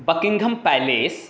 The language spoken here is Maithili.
Buckingham palace